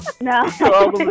No